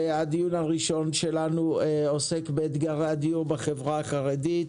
והדיון הראשון שלנו עוסק באתגרי הדיור בחברה החרדית,